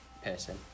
Person